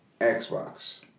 Xbox